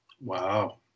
Wow